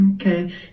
Okay